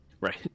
Right